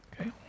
Okay